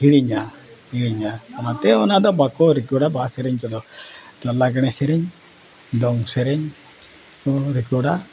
ᱦᱤᱲᱤᱧᱟ ᱦᱤᱲᱤᱧᱟ ᱚᱱᱟᱛᱮ ᱚᱱᱟ ᱫᱚ ᱵᱟᱠᱚ ᱨᱮᱠᱳᱨᱰᱟ ᱵᱟᱦᱟ ᱥᱮᱨᱮᱧ ᱠᱚᱫᱚ ᱞᱟᱜᱽᱬᱮ ᱥᱮᱨᱮᱧ ᱫᱚᱝ ᱥᱮᱨᱮᱧ ᱠᱚ ᱨᱮᱠᱳᱨᱰᱟ